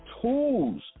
tools